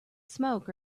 smoke